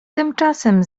tymczasem